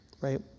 right